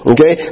Okay